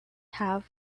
have